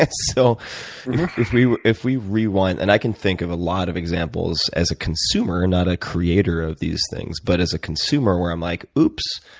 so if we if we rewind and i can think of a lot of examples as a consumer, not a creator of these things, but as a consumer, where i'm like, oops,